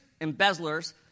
embezzlers